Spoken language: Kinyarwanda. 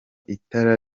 itara